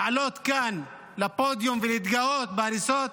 לעלות כאן לפודיום ולהתגאות בהריסות.